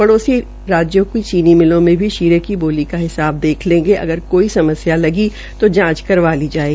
पड़ोसी राज्यों को चीनी मिलों में शीरे की बोली का हिसाब देख लेगे अगर कोई समस्या लगी तो जांच करवा लेगें